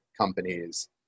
companies